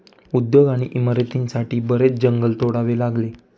उद्योग आणि इमारतींसाठी बरेच जंगल तोडावे लागले